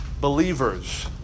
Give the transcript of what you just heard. believers